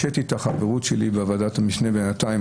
השהיתי את החברות שלי בוועדת המשנה בינתיים.